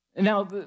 Now